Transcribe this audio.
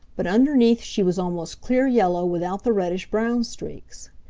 but underneath she was almost clear yellow without the reddish-brown streaks.